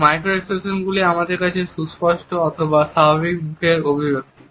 micro expressions গুলি হল আমাদের কাছে সুস্পষ্ট অথবা স্বাভাবিক মুখের অভিব্যক্তি